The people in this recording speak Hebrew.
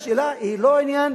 השאלה היא לא עניין,